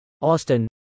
Austin